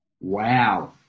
Wow